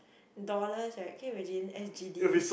dollars right can imagine s_g_d